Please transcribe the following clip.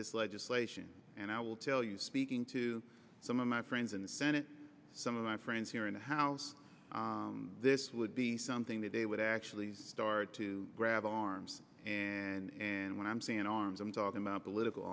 this legislation and i will tell you speaking to some of my friends in the senate some of my friends here in the house this would be something that they would actually start to grab a arms and when i'm saying arms i'm talking about political